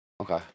Okay